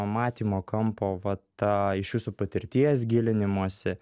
matymo kampo va tą iš jūsų patirties gilinimosi